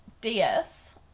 DS